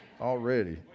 Already